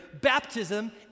baptism